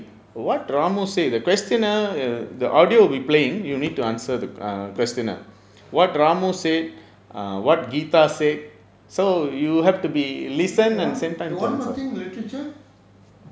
one one more thing literature